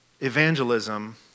evangelism